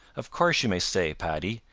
of course you may stay, paddy.